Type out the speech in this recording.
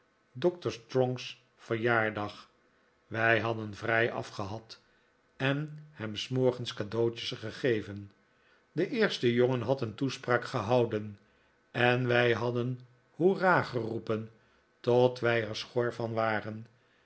doctor strong's verjaardag wij hadden vrijaf gehad en hem s morgens cadeautjes gegeven de eerste jongen had een toedavid copperfield spraak gehouden en wij hadden hoera geroepen tot wij er schor van waren